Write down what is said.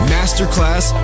Masterclass